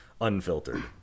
unfiltered